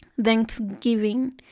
Thanksgiving